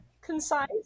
Concise